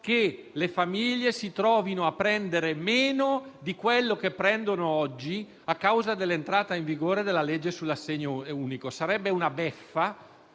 che le famiglie si trovino a percepire meno di quello che prendono oggi a causa dell'entrata in vigore della legge sull'assegno unico. Sarebbe una beffa